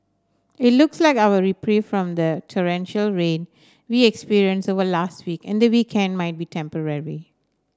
it looks like our reprieve from the torrential rain we experienced over last week and the weekend might be temporary